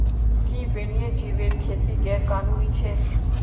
कि वन्यजीवेर खेती गैर कानूनी छेक?